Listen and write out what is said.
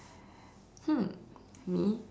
hmm me